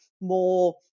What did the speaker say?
more